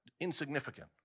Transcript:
insignificant